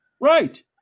Right